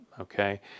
okay